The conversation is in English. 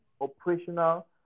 operational